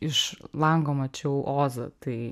iš lango mačiau ozą tai